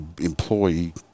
employee